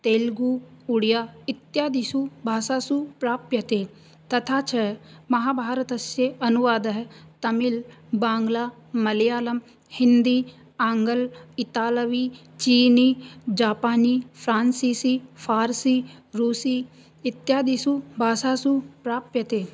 तेलगु उडिया इत्यादिषु भाषासु प्राप्यते तथा च महाभारतस्य अनुवादः तमिल् बाङ्गला मलयालं हिन्दी आङ्गल् इताल्वी चिनी जापानी फ़्रान्सीसी फ़ार्सि रूसी इत्यादिषु भाषुसु प्राप्यते